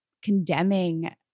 condemning